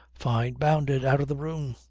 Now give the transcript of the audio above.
fyne bounded out of the room.